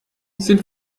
sind